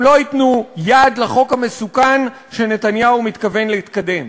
לא ייתנו יד לחוק המסוכן שנתניהו מתכוון לקדם.